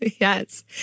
Yes